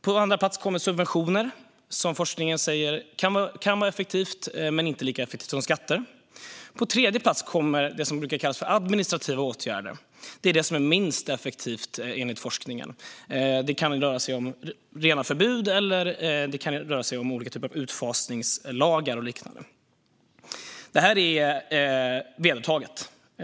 På andra plats kommer subventioner, vilket forskningen säger kan vara effektivt men inte lika effektivt som skatter. På tredje plats kommer administrativa åtgärder, vilket enligt forskningen är minst effektivt. Det kan röra sig om rena förbud eller olika typer av utfasningslagar och liknande. Detta är vedertaget.